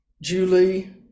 Julie